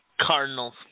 Cardinals